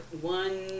one